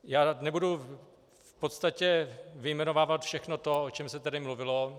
Já nebudu v podstatě vyjmenovávat všechno to, o čem se tady mluvilo.